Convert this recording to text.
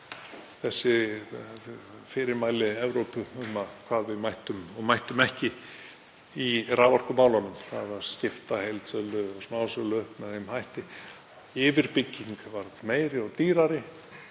að fyrirmæli Evrópusambandsins um hvað við mættum og mættum ekki í raforkumálunum, það að skipta heildsölu og smásölu með þeim hætti að yfirbygging varð meiri og dýrari,